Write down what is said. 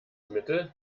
mittel